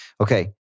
Okay